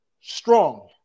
strong